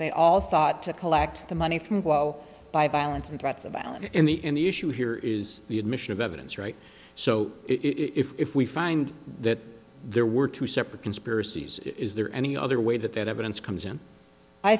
they all sought to collect the money from blow by violence and threats of violence in the in the issue here is the admission of evidence right so if we find that there were two separate conspiracies is there any other way that that evidence comes in i